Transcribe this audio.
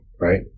Right